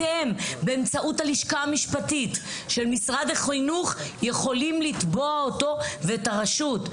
אתם באמצעות הלשכה המשפטית של משרד החינוך יכולים לתבוע אותו ואת הרשות,